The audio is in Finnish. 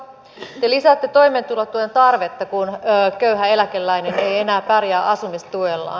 te lisäätte toimeentulotuen tarvetta kun köyhä eläkeläinen ei enää pärjää asumistuellaan